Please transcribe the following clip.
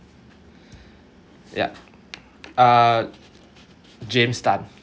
yup uh james tan